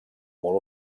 molt